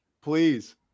Please